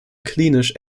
klinisch